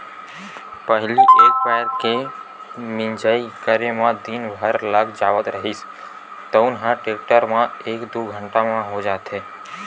पहिली एक पैर के मिंजई करे म दिन भर लाग जावत रिहिस तउन ह टेक्टर म एक दू घंटा म हो जाथे